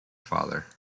father